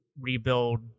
rebuild